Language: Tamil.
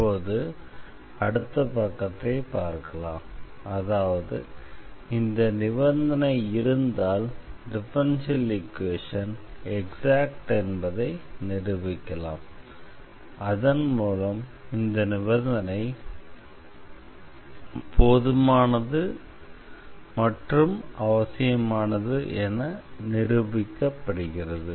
இப்போது நாம் அடுத்த பக்கத்தை பார்ப்போம் அதாவது இந்த நிபந்தனை இருந்தால் டிஃபரன்ஷியல் ஈக்வேஷன் எக்ஸாக்ட் என்பதை நிரூபிக்கலாம் அதன் மூலம் இந்த நிபந்தனை போதுமானது மற்றும் அவசியமானது என நிரூபிக்கப்படுகிறது